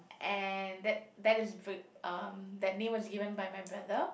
and that that is um that name was given by my brother